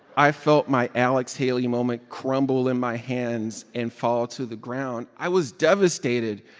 i felt my alex haley moment crumble in my hands and fall to the ground. i was devastated.